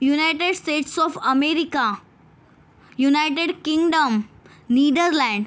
United States of America United Kingdom Netherlands